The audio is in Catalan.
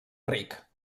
ric